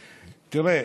תראה,